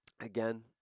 again